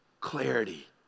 clarity